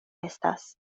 estas